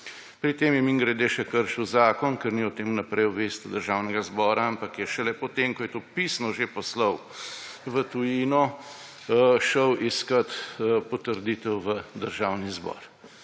Pri tem je, mimogrede, še kršil zakon, ker ni o tem vnaprej obvestil Državnega zbora, ampak je šele potem, ko je to pisno že poslal v tujino, šel iskat potrditev v Državni zbor.